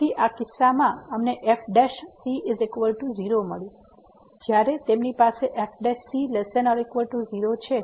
તેથી આ કિસ્સામાં અમને fc0 મળ્યું જ્યારે તેમની પાસે fc≤0 છે